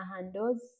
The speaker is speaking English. handles